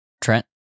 Trent